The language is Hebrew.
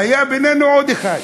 והיה בינינו עוד אחד,